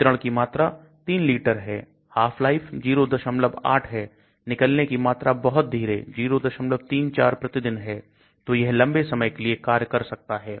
वितरण की मात्रा 3 लीटर है half life 08 है निकलने की मात्रा बहुत धीरे 034 प्रतिदिन है तो यह लंबे समय के लिए कार्य कर सकता है